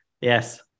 yes